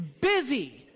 Busy